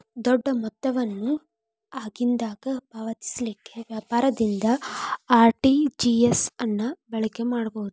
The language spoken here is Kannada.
ದೊಡ್ಡ ಮೊತ್ತವನ್ನು ಆಗಿಂದಾಗ ಪಾವತಿಸಲಿಕ್ಕೆ ವ್ಯಾಪಾರದಿಂದ ಆರ್.ಟಿ.ಜಿ.ಎಸ್ ಅನ್ನ ಬಳಕೆ ಮಾಡಬಹುದು